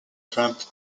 trumpet